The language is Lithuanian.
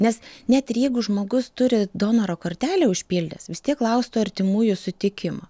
nes net ir jeigu žmogus turi donoro kortelę užpildęs vis tiek klaustų artimųjų sutikimo